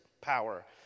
power